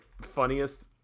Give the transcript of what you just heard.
funniest